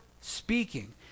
speaking